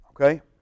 Okay